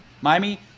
Miami